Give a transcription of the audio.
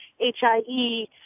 HIE